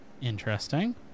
Interesting